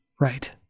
Right